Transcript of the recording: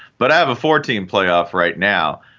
but i have a fourteen playoff right now.